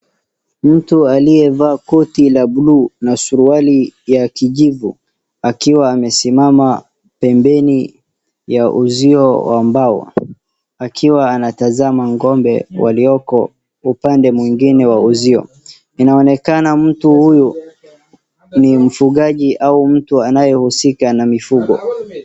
Mtu aliyevaa koti la bluu na suruali ya kijivu ,akiwa amesiamama pembeni ya uzio wa mbao akiwa anaetazama ngombe walioko upande mwingine wa uzio .Inaonekana mtu huyu ni mfugaji au mtu anayehusika na mifugo.